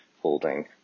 holding